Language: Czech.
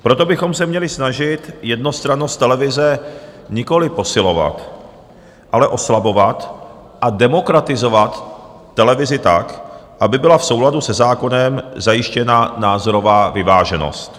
Proto bychom se měli snažit jednostrannost televize nikoliv posilovat, ale oslabovat a demokratizovat televizi tak, aby byla v souladu se zákonem zajištěna názorová vyváženost.